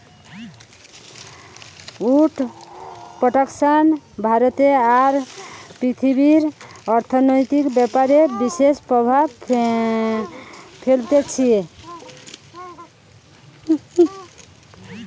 would production ভারতে আর পৃথিবীর অর্থনৈতিক ব্যাপারে বিশেষ প্রভাব ফেলতিছে